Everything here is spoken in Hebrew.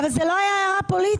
אבל זו לא הייתה הערה פוליטית.